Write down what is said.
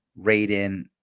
Raiden